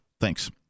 Thanks